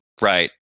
Right